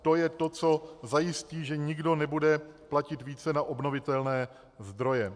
To je to, co zajistí, že nikdo nebude platit více na obnovitelné zdroje.